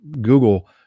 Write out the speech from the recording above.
google